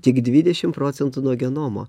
tik dvidešim procentų nuo genomo